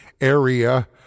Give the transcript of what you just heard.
area